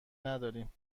نداریم